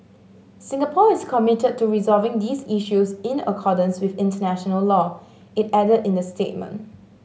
Singapore is committed to resolving these issues in accordance with international law it added in the statement